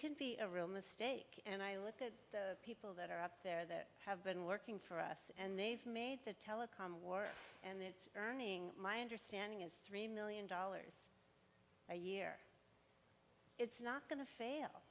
can be a real mistake and i look at the people that are up there that have been working for us and they've made the telecom war and it's earning my understanding is three million dollars a year it's not going to fail